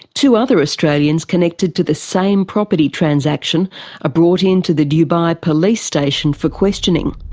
two other australians connected to the same property transaction are brought in to the dubai police station for questioning.